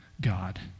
God